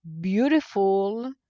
beautiful